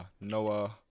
Noah